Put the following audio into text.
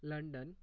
London